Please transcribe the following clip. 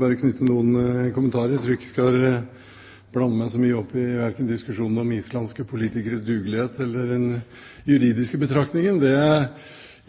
bare komme med noen kommentarer. Jeg tror ikke jeg skal blande meg så mye opp i verken diskusjonen om islandske politikeres dugelighet eller den juridiske betraktningen. Det jeg